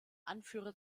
anführer